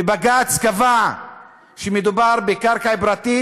בג"ץ קבע שמדובר בקרקע פרטית